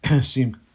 seem